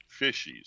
Fishies